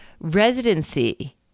residency